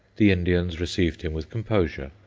the indians received him with composure,